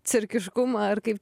cirkiškumą ar kaip